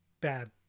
bad